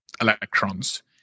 electrons